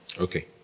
Okay